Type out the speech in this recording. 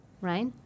right